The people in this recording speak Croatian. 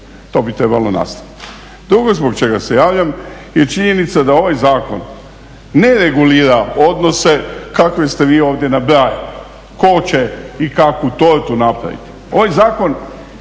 to bi trebalo nastaviti. Drugo zbog čega se javljam je činjenica da ovaj zakon ne regulira odnose kakve ste vi ovdje nabrajali, tko će i kakvu tortu napraviti.